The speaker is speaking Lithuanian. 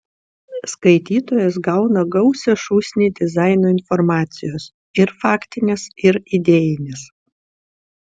skaitytojas gauna gausią šūsnį dizaino informacijos ir faktinės ir idėjinės